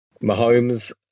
Mahomes